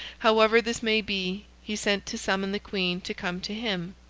however this may be, he sent to summon the queen to come to him.